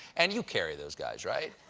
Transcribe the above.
and you carry those guys, right?